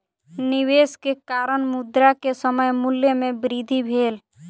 निवेश के कारण, मुद्रा के समय मूल्य में वृद्धि भेल